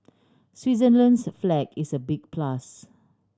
Switzerland's flag is a big plus